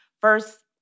first